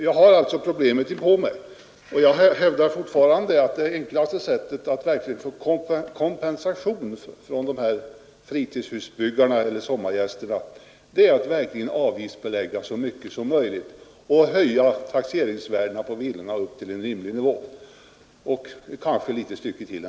Jag har alltså problemet inpå mig, och jag hävdar fortfarande att det enklaste sättet att verkligen få kompensation från fritidshusbyggarna eller sommargästerna är att avgiftsbelägga så mycket som möjligt och höja taxeringsvärdena på villorna upp till en rimlig nivå — och kanske ett litet stycke till.